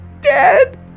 dead